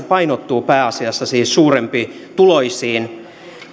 painottuu pääasiassa siis suurempituloisiin